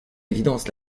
évidence